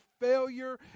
failure